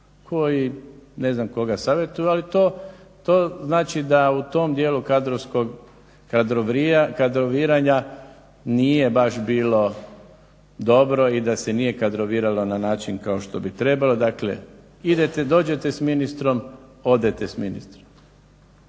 koji ne znam koga savjetuju, ali to znači da u tom dijelu kadrovskog kadroviranja nije baš bilo dobro i da se nije kadroviralo na način kao što bi trebalo. Dakle, idete, dođete s ministrom, odete s ministrom.